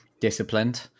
disciplined